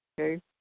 Okay